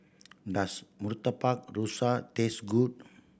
does Murtabak Rusa taste good